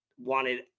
wanted